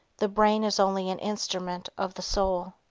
the brain is only an instrument of the soul.